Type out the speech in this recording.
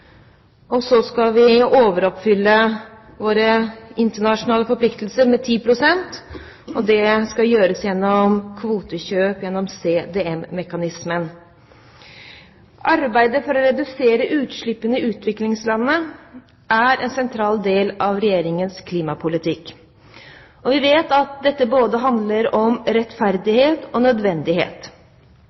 tiltak, så skal vi overoppfylle våre internasjonale forpliktelser med 10 pst., og det skal gjøres gjennom kvotekjøp gjennom CDM-mekanismen. Arbeidet for å redusere utslippene i utviklingslandene er en sentral del av Regjeringens klimapolitikk. Vi vet at dette både handler om rettferdighet og nødvendighet.